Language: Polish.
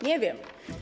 Nie wiem.